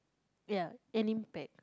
ya an impact